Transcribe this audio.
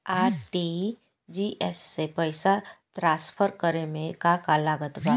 RTGS से पईसा transfer करे मे का का लागत बा?